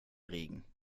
regen